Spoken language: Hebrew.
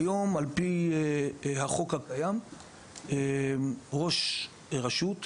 כיום, על פי החוק הקיים, ראש רשות יכול,